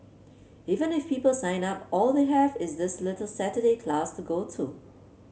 even if people sign up all they have is this little Saturday class to go to